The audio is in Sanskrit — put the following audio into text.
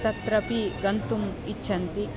तत्रापि गन्तुम् इच्छन्ति